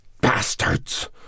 Bastards